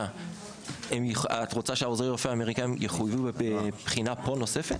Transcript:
את רוצה שעוזרי רופא האמריקנים יחויבו בבחינה נוספת פה?